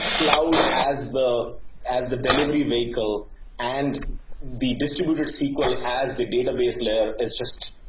cloud as the as the delivery vehicle and the distributed sql as the database layer is just